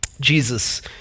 Jesus